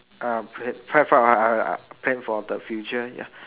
I pray for I I plan for the future ya